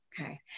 Okay